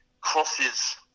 crosses